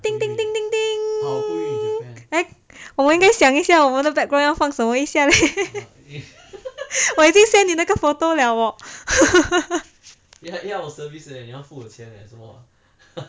ding ding ding ding 我们应该想一下我们的 background 要放什么一下 leh 我已经 send 你那个 photo liao orh